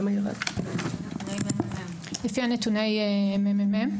לפי נתוני הממ"מ.